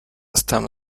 stem